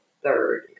third